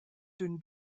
dünn